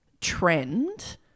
trend